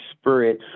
Spirit